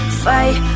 fight